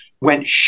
went